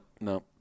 no